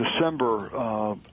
December